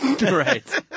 right